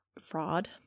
fraud